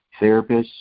therapists